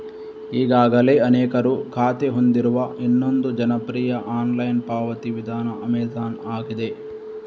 ಈಗಾಗಲೇ ಅನೇಕರು ಖಾತೆ ಹೊಂದಿರುವ ಇನ್ನೊಂದು ಜನಪ್ರಿಯ ಆನ್ಲೈನ್ ಪಾವತಿ ವಿಧಾನ ಅಮೆಜಾನ್ ಆಗಿದೆ